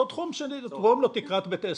אותו תחום לתקרת בית עסק.